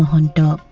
and